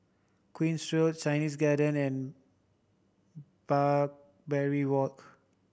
Queen's Road Chinese Garden and Barbary Walk